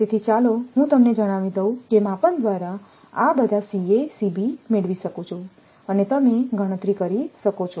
તેથી ચાલો હું તમને જણાવી દઉં કે માપન દ્વારા આ બધા મેળવી શકો છો અને તમે ગણતરી કરી શકો છો